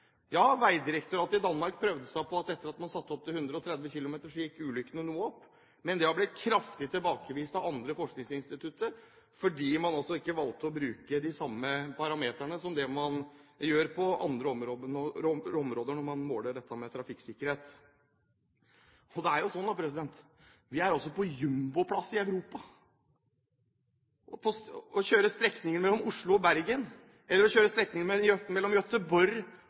Ja, Vejdirektoratet i Danmark prøvde seg med at etter at man hadde satt opp fartsgrensen til 130 km/t, gikk ulykkene noe opp. Men det har blitt kraftig tilbakevist av andre forskningsinstitutter fordi de ikke valgte å bruke de samme parameterne som man gjør på andre områder når trafikksikkerhet måles. Vi er altså på jumboplass i Europa. Sammenligner man det å kjøre strekningen mellom Oslo og Bergen med å kjøre strekningen mellom